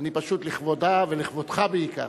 אני פשוט לכבודה ולכבודך, בעיקר.